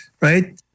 right